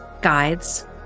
guides